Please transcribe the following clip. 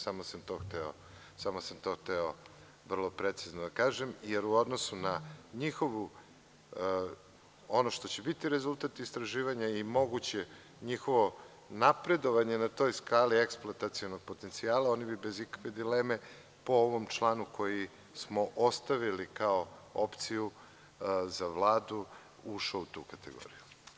Samo sam to hteo vrlo precizno da kažem, jer u odnosu na njihovu, ono što će biti rezultat istraživanja i moguće njihovo napredovanje na toj skali eksploatacionog potencijala, oni bi bez ikakve dileme po ovom članu koji smo ostavili kao opciju za Vladu ušao u tu kategoriju.